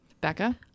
Becca